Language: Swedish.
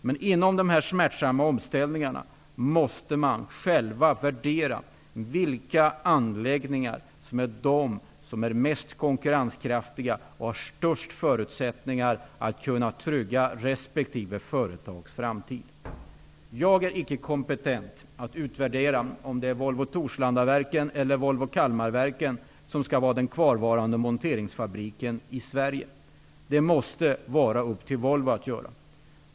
Men under de här smärtsamma omställningarna måste man själv värdera vilka anläggningar som är mest konkurrenskraftiga och som har störst förutsättningar att kunna trygga resp. företags framtid. Jag är icke kompetent att utvärdera om det är Volvo Torslandaverken eller Volvo Kalmarverken som skall vara den kvarvarande monteringsfabriken i Sverige. Det måste vara upp till Volvo att göra det.